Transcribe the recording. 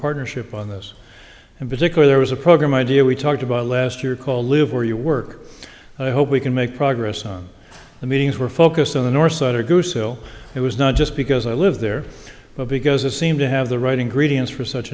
partnership on this and particular there was a program idea we talked about last year called live where you work i hope we can make progress on the meetings were focused on the north side or goose hill it was not just because i live there but because it seemed to have the right ingredients for such